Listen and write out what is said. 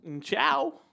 Ciao